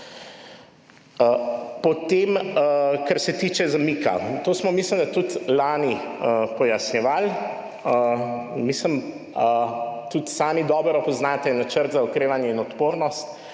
Potem kar se tiče zamika, to smo mislim, da tudi lani pojasnjevali, mislim, tudi sami dobro poznate načrt za okrevanje in odpornost,